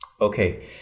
Okay